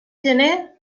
gener